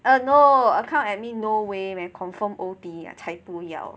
err no account admin no way man confirm O_T 才不要